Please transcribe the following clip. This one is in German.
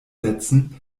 setzen